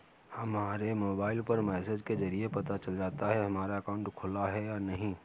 हमारे मोबाइल पर मैसेज के जरिये पता चल जाता है हमारा अकाउंट खुला है या नहीं